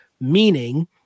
meaning